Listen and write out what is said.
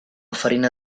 farina